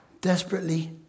Desperately